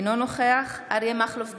אינו נוכח אריה מכלוף דרעי,